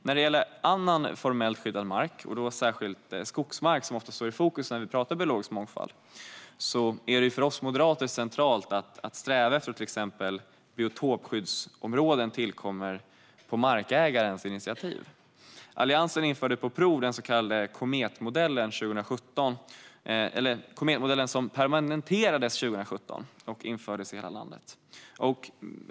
När det gäller annan formellt skyddad mark och då särskilt skogsmark, som ofta står i fokus när vi debatterar biologisk mångfald, är det för oss moderater centralt att sträva efter att till exempel biotopskyddsområden tillkommer på markägarens initiativ. Alliansen införde på prov den så kallade Kometmodellen, som 2017 permanentades och infördes i hela landet.